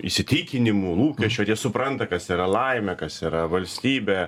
įsitikinimų lūkesčių ar jie supranta kas yra laimė kas yra valstybė